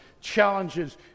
challenges